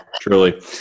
truly